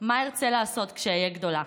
מה ארצה לעשות כשאהיה גדולה.